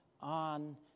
On